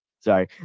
Sorry